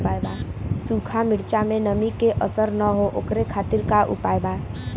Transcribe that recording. सूखा मिर्चा में नमी के असर न हो ओकरे खातीर का उपाय बा?